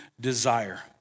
desire